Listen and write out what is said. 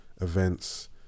events